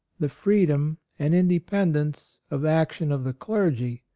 the freedom and independence of action of the clergy,